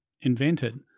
invented